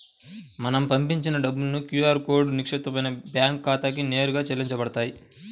మనం పంపిన డబ్బులు క్యూ ఆర్ కోడ్లో నిక్షిప్తమైన బ్యేంకు ఖాతాకి నేరుగా చెల్లించబడతాయి